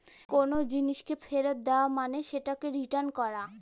কোনো জিনিসকে ফেরত দেওয়া মানে সেটাকে রিটার্ন করা